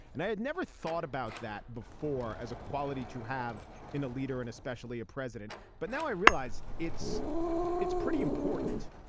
and i had never thought about that before as a quality to have in a leader and especially a president. but now i realize it's it's pretty important.